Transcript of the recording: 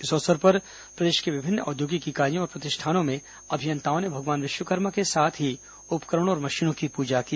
इस अवसर पर प्रदेश की विभिन्न औद्योगिक इकाईयों और प्रतिष्ठानों में अभियंताओं ने भगवान विश्वकर्मा के साथ ही उपकरणों और मशीनों की पूजा की